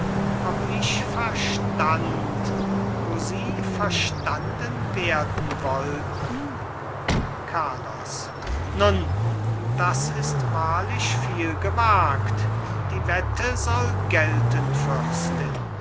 ob ich verstand wo sie verstanden werden wollten carlos nun das ist wahrlich viel gewagt die wette soll gelten fürstin